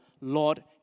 Lord